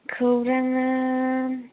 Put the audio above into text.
खौराङा